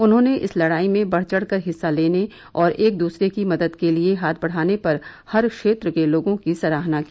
उन्होंने इस लड़ाई में बढ़ चढ़कर हिस्सा लेने और एक दूसरे की मदद के लिए हाथ बढ़ाने पर हर क्षेत्र के लोगों की सराहना की